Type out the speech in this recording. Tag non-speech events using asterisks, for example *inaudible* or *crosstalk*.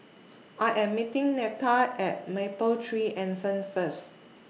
*noise* I Am meeting Neta At Mapletree Anson First